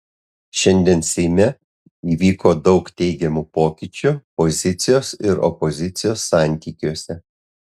šiandien seime įvyko daug teigiamų pokyčių pozicijos ir opozicijos santykiuose